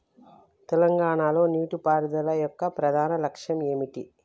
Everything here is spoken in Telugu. తెలంగాణ లో నీటిపారుదల యొక్క ప్రధాన లక్ష్యం ఏమిటి?